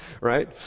right